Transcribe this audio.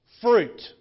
fruit